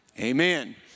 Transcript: amen